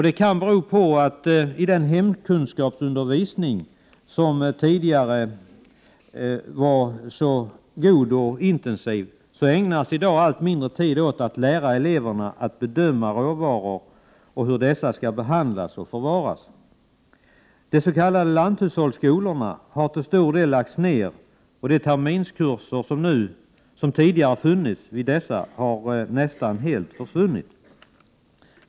Det kan bero på att det i den hemkunskapsundervisning som tidigare var så god och intensiv i dag ägnas allt mindre tid åt att lära eleverna att bedöma råvaror och hur dessa skall behandlas och förvaras. De s.k. lanthushållsskolorna har till stor del lagts ned, och de terminskurser som tidigare funnits vid dessa har nästan helt försvunnit.